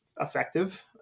effective